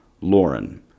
Lauren